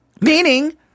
Meaning—